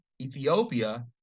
Ethiopia